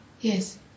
Yes